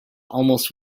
almost